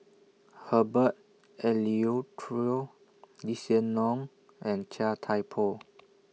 Herbert Eleuterio Lee Hsien Loong and Chia Thye Poh